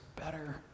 better